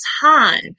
time